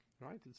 right